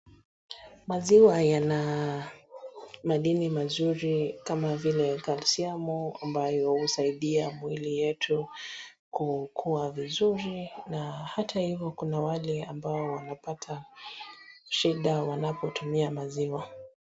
Maziwa yana madini mazuri kama vile calcium ambayo husaidia mwili yetu kukua vizuri, hata hivyo kuna wale ambao wanapata shida wanapotumia maziwa.